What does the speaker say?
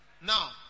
Now